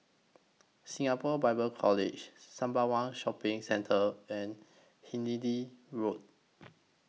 Singapore Bible College Sembawang Shopping Centre and Hindhede Road